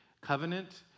covenant